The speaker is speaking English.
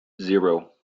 zero